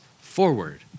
forward